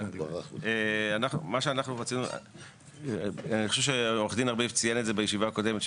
אני חושב שעורך הדין ארביב ציין בישיבה הקודמת,